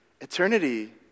Eternity